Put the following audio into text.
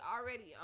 already